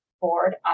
board